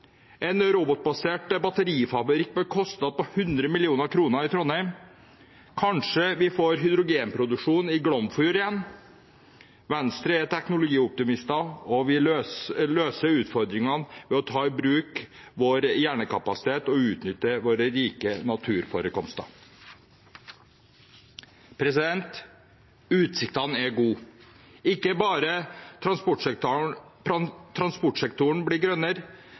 en robotbasert batterifabrikk, med kostnader på 100 mill. kr, i Trondheim. Kanskje får vi hydrogenproduksjon i Glomfjord igjen. Venstre er teknologioptimister og vil løse utfordringene ved å ta i bruk vår hjernekapasitet og utnytte våre rike naturforekomster. Utsiktene er gode. Ikke bare blir transportsektoren grønnere,